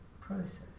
process